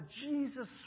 Jesus